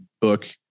book